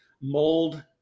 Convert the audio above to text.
mold